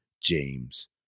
James